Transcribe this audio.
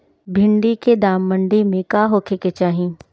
भिन्डी के दाम मंडी मे का होखे के चाही?